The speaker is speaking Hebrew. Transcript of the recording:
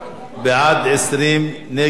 בעד, 20, אחד נגד,